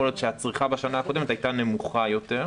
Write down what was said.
יכול להיות שהצריכה בשנה הקודמת הייתה נמוכה יותר,